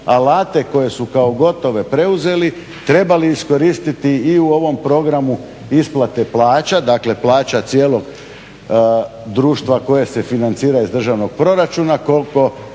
koje su kao gotove preuzeli trebali iskoristiti i u ovom programu isplate plaća, dakle plaća cijelog društva koje se financira iz državnog proračuna. Koliko